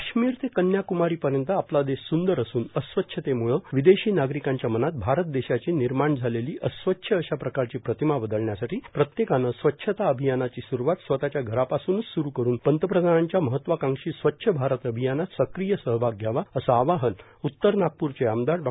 काश्मीर ते कन्याक्मारी पर्यंत आपला देश सुंदर असून अस्वच्छतेमुळे विदेशी नागरिकांच्या मनात भारत देशाची निर्माण झालेली अस्वच्छ अशा प्रकारची प्रतिमा बदलण्यासाठी प्रत्येकाने स्वच्छता अभियानाची स्रवात स्वतच्या घरापासूनच स्रू करून पंतप्रधानांच्या महत्वाकांशी स्वच्छ भारत अभियानात सक्रिय सहभाग घ्यावा असे आवाहन उत्तर नागपूरचे आमदार डॉ